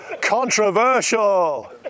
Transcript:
Controversial